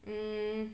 um